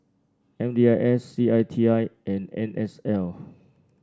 M D I S C I T I and N S L